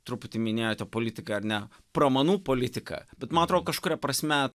truputį minėjote politiką ar ne pramanų politiką bet ma atro kažkuria prasme